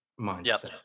mindset